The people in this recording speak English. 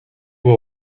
will